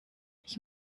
ich